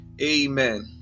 amen